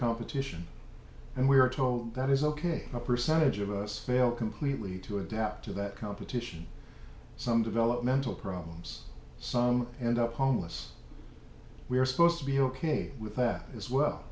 competition and we are told that is ok a percentage of us fail completely to adapt to that competition some developmental problems some and up homeless we are supposed to be ok with that as well